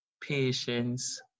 patience